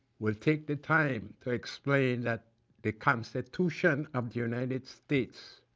would take the time to explain that the constitution of the united states,